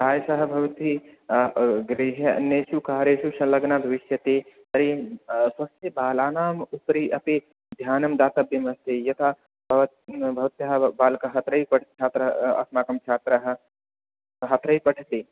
प्रायशः भवती गृहे अन्येषु कार्येषु शल्लग्ना भविष्यति तर्हि स्वस्य बालानाम् उपरि अपि ध्यानं दातव्यमस्ति यथा भव् भवत्याः बालकाः अत्रैव पठ् छात्र् अस्माकं छात्रः सः अत्रैव पठति